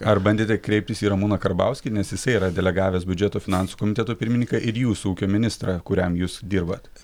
ar bandėte kreiptis į ramūną karbauskį nes jisai yra delegavęs biudžeto finansų komiteto pirmininką ir jūsų ūkio ministrą kuriam jūs dirbat